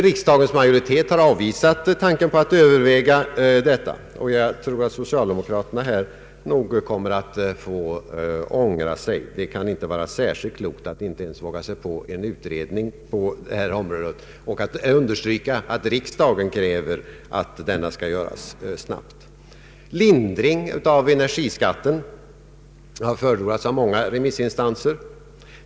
Riksdagens majoritet har avvisat tanken på att överväga detta, men jag tror nog att socialdemokraterna kommer att få ångra sig. Det kan inte vara särskilt klokt att inte ens våga sig på att begära en ut Ang. regionalpolitiken redning och kräva att denna görs snabbt. Lindring av energiskatten har förordats av många remissinstanser.